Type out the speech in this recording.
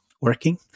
working